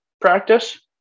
practice